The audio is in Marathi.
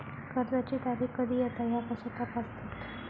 कर्जाची तारीख कधी येता ह्या कसा तपासतत?